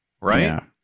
right